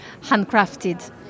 handcrafted